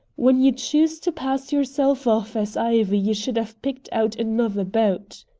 when you chose to pass yourself off as ivy you should have picked out another boat.